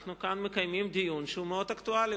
אנו כאן מקיימים דיון שהוא מאוד אקטואלי.